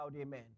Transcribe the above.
Amen